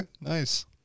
Nice